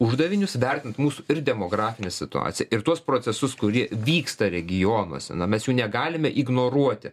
uždavinius vertint mūsų ir demografinę situaciją ir tuos procesus kurie vyksta regionuose na mes jų negalime ignoruoti